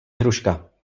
hruška